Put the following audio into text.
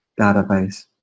database